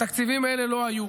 התקציבים האלה לא היו.